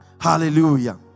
Hallelujah